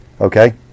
Okay